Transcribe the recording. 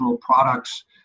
products